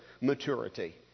maturity